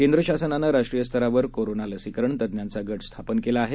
केंद्र शासनानं राष्ट्रीय स्तरावर कोरोना लसीकरण तज्ज्ञांचा गट स्थापन केला आहे